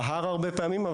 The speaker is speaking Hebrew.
בהר הרבה פעמים,